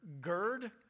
gird